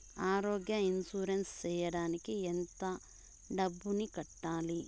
ఆరోగ్య ఇన్సూరెన్సు సేయడానికి ఎంత డబ్బుని కట్టాలి?